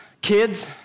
Kids